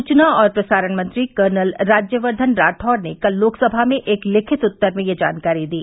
सूचना और प्रसारण मंत्री कर्नल राज्यवर्धन राठौर ने कल लोकसभा में एक लिखित उत्तर में यह जानकारी दी